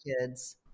kids